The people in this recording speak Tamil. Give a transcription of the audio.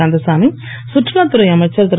கந்தசாமி கற்றுலாத்துறை அமைச்சர் திரு